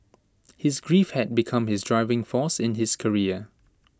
his grief had become his driving force in his career